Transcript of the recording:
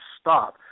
stop